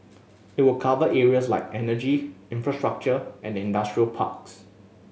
it will cover areas like energy infrastructure and industrial parks